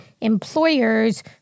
employers